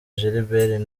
gilbert